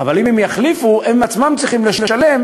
ואם הם יחליפו, הם עצמם צריכים לשלם